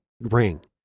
Ring